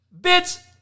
bitch